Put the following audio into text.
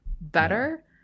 better